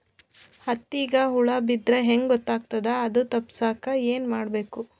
ಹತ್ತಿಗ ಹುಳ ಬಿದ್ದ್ರಾ ಹೆಂಗ್ ಗೊತ್ತಾಗ್ತದ ಅದು ತಪ್ಪಸಕ್ಕ್ ಏನ್ ಮಾಡಬೇಕು?